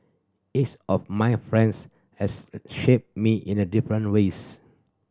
each of my a friends has a shaped me in the different ways